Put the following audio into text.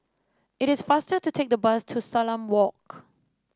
it is faster to take the bus to Salam Walk